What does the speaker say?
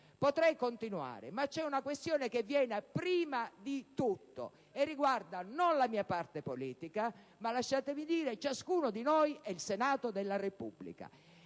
Potrei continuare, ma c'è una questione che viene prima di tutto e che riguarda non la mia parte politica, ma - lasciatemi dire - ciascuno di noi e il Senato della Repubblica.